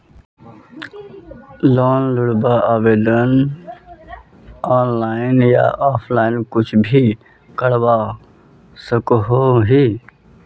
Loan लुबार आवेदन online या ऑफलाइन कुछ भी करवा सकोहो ही?